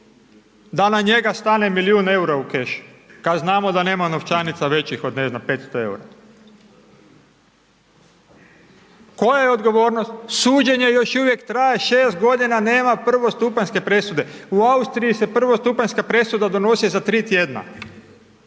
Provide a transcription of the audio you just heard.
da na njega stane milijun EUR-a u kešu, kad znamo da nema novčanica većih od, ne znam, 500,00 EUR-a. Koja je odgovornost, suđenje još uvijek traje, 6 godina nema prvostupanjske presude, u Austriji se prvostupanjska presuda donosi za 3 tjedna,